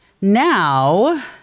Now